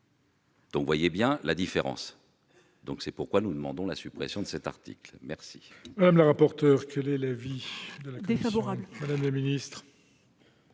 Vous voyez bien la différence ! C'est pourquoi nous demandons la suppression de cet article. Quel